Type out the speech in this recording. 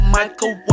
Michael